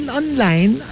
online